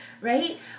right